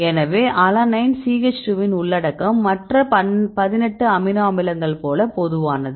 எனவே alanine CH 2 வின் உள்ளடக்கம் மற்ற 18 அமினோ அமிலங்கள் போல பொதுவானது